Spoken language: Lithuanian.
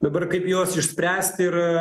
dabar kaip juos išspręst ir